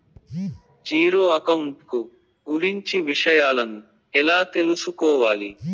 Zero account కు గురించి విషయాలను ఎలా తెలుసుకోవాలి?